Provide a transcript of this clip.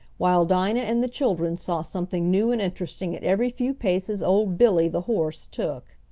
while dinah and the children saw something new and interesting at every few paces old billy, the horse, took.